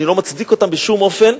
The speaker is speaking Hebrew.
ואני לא מצדיק אותם בשום אופן,